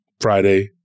Friday